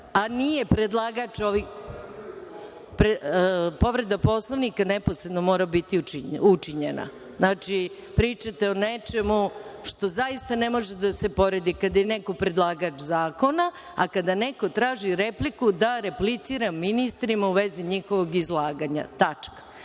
Martinović to može.)Povreda Poslovnika neposredno mora biti učinjena. Znači, pričate o nečemu što zaista ne može da se poredi kad je neko predlagač zakona, a kada neko traži repliku da replicira ministrima u vezi njihovog izlaganja. Što